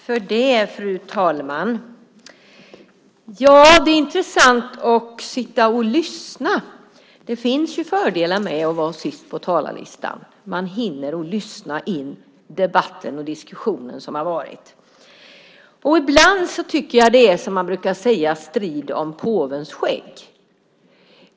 Fru talman! Det är intressant att sitta och lyssna. Det finns fördelar med att vara sist på talarlistan - man hinner lyssna in debatten och diskussionen. Ibland tycker jag att det är, som man brukar säga, en strid om påvens skägg.